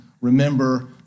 remember